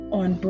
on